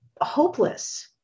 hopeless